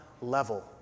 level